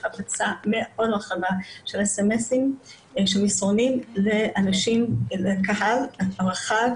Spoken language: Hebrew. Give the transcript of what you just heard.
יש הפצה מאוד רחבה של מסרונים לקהל רחב,